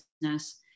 business